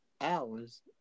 hours